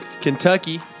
Kentucky